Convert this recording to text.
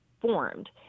formed